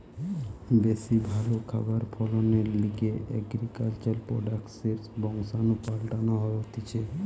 বেশি ভালো খাবার ফলনের লিগে এগ্রিকালচার প্রোডাক্টসের বংশাণু পাল্টানো হতিছে